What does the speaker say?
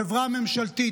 חברה ממשלתית,